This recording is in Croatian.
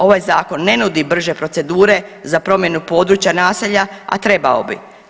Ovaj zakon ne nudi brže procedure za promjenu područja naselja, a trebao bi.